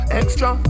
extra